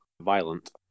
violent